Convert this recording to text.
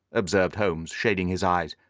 observed holmes, shading his eyes.